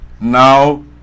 now